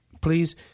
please